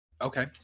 okay